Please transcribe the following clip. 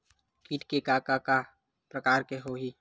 कीट के का का प्रकार हो होही?